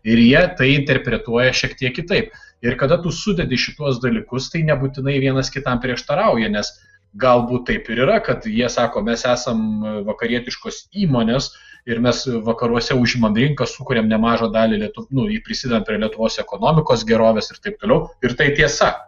ir jie tai interpretuoja šiek tiek kitaip ir kada tu sudedi šituos dalykus tai nebūtinai vienas kitam prieštarauja nes galbūt taip ir yra kad jie sako mes esam vakarietiškos įmonės ir mes vakaruose užimam rinką sukuriam nemažą dalį lie nu prisidedam prie lietuvos ekonomikos gerovės ir taip toliau ir tai tiesa